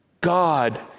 God